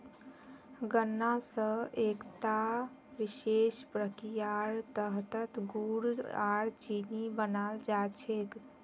गन्ना स एकता विशेष प्रक्रियार तहतत गुड़ आर चीनी बनाल जा छेक